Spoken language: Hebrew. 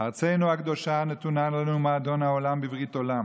"ארצנו הקדושה נתונה לנו מאדון העולם בשבועה וברית עולם